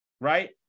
right